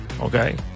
Okay